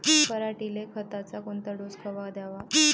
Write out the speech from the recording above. पऱ्हाटीले खताचा कोनचा डोस कवा द्याव?